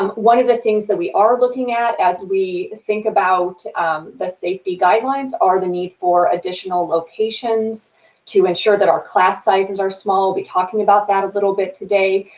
um one of the things that we are looking at as we think about the safety guidelines are the need for additional locations to ensure that our class sizes are small, we'll be talking about that a little bit today,